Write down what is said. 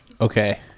Okay